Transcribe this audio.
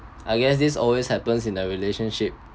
I guess this always happens in a relationship